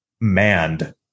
manned